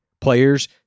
players